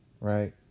right